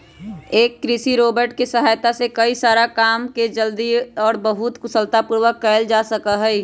एक कृषि रोबोट के सहायता से कई सारा काम के जल्दी और बहुत कुशलता पूर्वक कइल जा सका हई